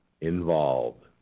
involved